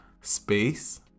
space